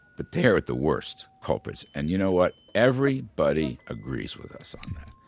but they're at the worst culprits. and you know what everybody agrees with us on that.